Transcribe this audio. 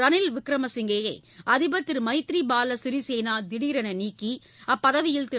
ரனில் விக்ரமசிங்கே யை அதிபர் திரு மைத்ரிபால சிறிசேனா திடீரென நீக்கி அப்பதவியில் திரு